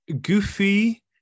goofy